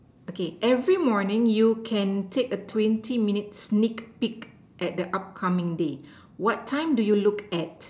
okay every morning you can take a twenty minute sneak peek at the upcoming day what time do you look at